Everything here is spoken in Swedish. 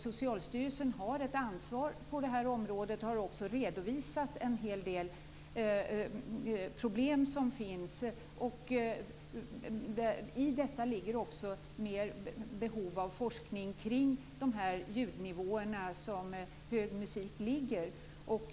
Socialstyrelsen har ett ansvar på det här området och har också redovisat en hel del problem som finns. I detta ligger också ett behov av mer forskning kring de ljudnivåer där hög musik ligger.